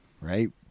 Right